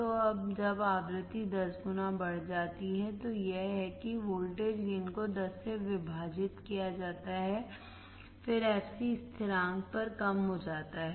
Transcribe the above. तो जब आवृत्ति दस गुना बढ़ जाती है तो यह है कि वोल्टेज गेन को 10 से विभाजित किया जाता है फिर fc स्थिरांक पर कम हो जाता है